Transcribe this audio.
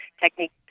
technique